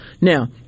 Now